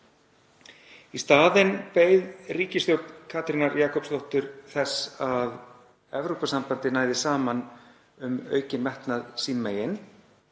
Í staðinn beið ríkisstjórn Katrínar Jakobsdóttur þess að Evrópusambandið næði saman um aukinn metnað sín megin